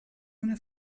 una